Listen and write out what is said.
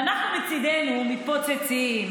ואנחנו מצידנו מתפוצצים,